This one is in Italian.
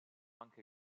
anche